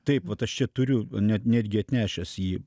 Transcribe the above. taip vat aš čia turiu net netgi atnešęs jį